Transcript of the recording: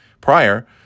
prior